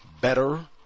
better